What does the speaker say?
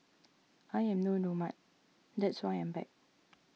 I am no nomad that's why I am back